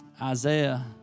Isaiah